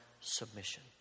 submission